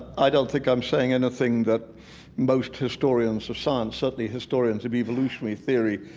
i don't think i'm saying anything that most historians of science, certainly historians of evolutionary theory,